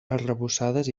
arrebossades